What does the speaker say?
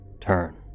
Turn